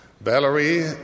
Valerie